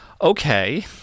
Okay